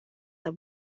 the